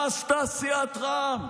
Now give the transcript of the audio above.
מה עשתה סיעת רע"מ,